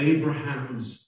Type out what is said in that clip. Abraham's